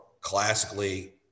classically